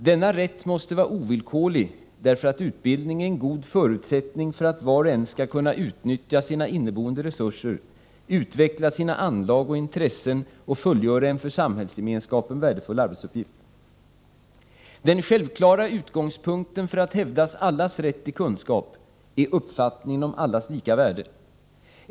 Denna rätt måste vara ovillkorlig, därför att utbildning är en god förutsättning för att var och en skall kunna utnyttja sina inneboende resurser, utveckla sina anlag och intressen och fullgöra en för samhällsgemenskapen värdefull arbetsuppgift. Den självklara utgångspunkten för att hävda allas rätt till kunskap är uppfattningen om allas lika värde.